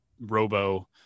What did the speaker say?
robo